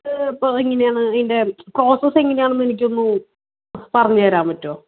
ഇതിപ്പോൾ എങ്ങനെയാണ് ഇതിൻ്റെ പ്രോസസ്സ് എങ്ങനെ ആണെന്ന് എനിക്കൊന്ന് പറഞ്ഞു തരാൻ പറ്റുമോ